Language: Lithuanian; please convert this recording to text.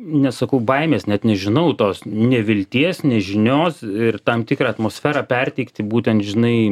nesakau baimės net nežinau tos nevilties nežinios ir tam tikrą atmosferą perteikti būtent žinai